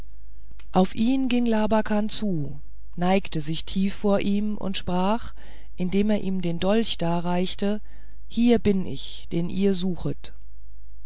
auf ihn ging labakan zu neigte sich tief vor ihm und sprach indem er ihm den dolch darreichte hier bin ich den ihr suchet